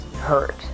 hurt